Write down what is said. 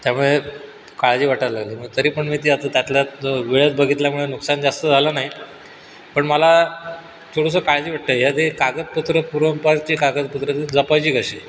त्यामुळे काळजी वाटायला लागली मग तरी पण मी ते असं त्यातल्यात जर वेळात बघितल्यामुळे नुकसान जास्त झालं नाही पण मला थोडंसं काळजी वाटते हे जे कागदपत्रं पूर्वंपारचे कागदपत्रं तर ते जपायची कशी